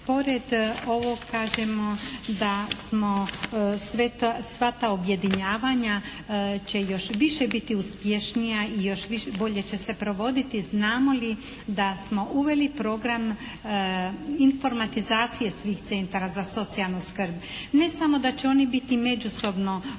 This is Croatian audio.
Pored ovog kažemo da smo sva ta objedinjavanja će još više biti uspješnija i još bolje će se provoditi znamo li da smo uveli program informatizacije svih centara za socijalnu skrb. Ne samo da će oni biti međusobno povezani